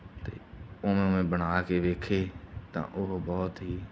ਅਤੇ ਉਵੇਂ ਉਵੇਂ ਬਣਾ ਕੇ ਦੇਖੇ ਤਾਂ ਉਹ ਬਹੁਤ ਹੀ